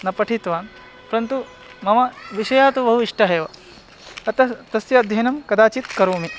न पठित्वा परन्तु मम विषयाः तु बहु इष्टः एव ततः तस्य अध्ययनं कदाचित् करोमि